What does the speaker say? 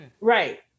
Right